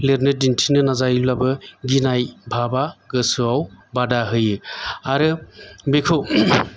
लिरनो दिन्थिनो नाजायोब्लाबो गिनाय भाबा गोसोयाव बादा होयो आरो बेखौ